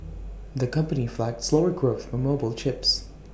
the company flagged slower growth for mobile chips